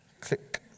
Click